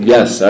Yes